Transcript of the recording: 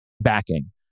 backing